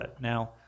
Now